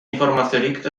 informaziorik